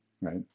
right